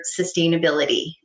sustainability